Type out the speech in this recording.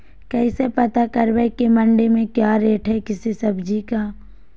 कैसे पता करब की मंडी में क्या रेट है किसी सब्जी का?